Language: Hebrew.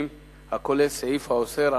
ראשית,